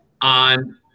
on